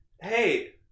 hey